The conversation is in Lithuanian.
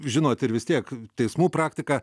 žinot ir vis tiek teismų praktiką